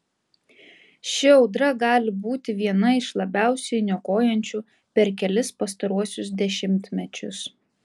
ši audra gali būti viena iš labiausiai niokojančių per kelis pastaruosius dešimtmečius